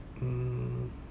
mm